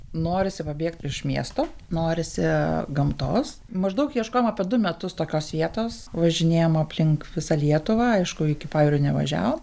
norisi pabėgti iš miesto norisi gamtos maždaug ieškojom apie du metus tokios vietos važinėjom aplink visą lietuvą aišku iki pajūrio nevažiavom